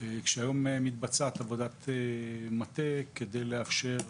כשהיום מתבצעת עבודת מטה כדי לאפשר